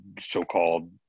so-called